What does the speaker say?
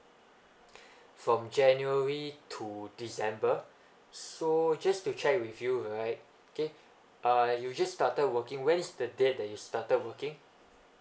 from january to december so just to check with you right okay uh you just started working when is the date that you started working